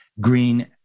green